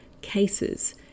cases